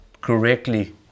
correctly